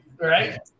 right